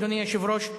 אדוני היושב-ראש,